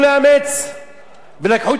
ולקחו את התינוק בבית-החולים,